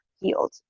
healed